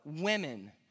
women